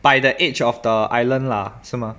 by the edge of the island lah 是吗